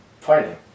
fighting